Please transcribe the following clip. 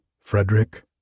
Frederick